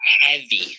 Heavy